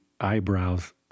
eyebrows